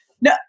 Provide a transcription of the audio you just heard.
no